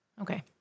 Okay